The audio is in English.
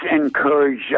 encourage